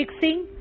fixing